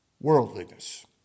worldliness